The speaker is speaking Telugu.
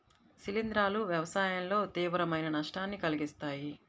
శిలీంధ్రాలు వ్యవసాయంలో తీవ్రమైన నష్టాన్ని కలిగిస్తాయి